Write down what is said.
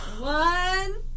One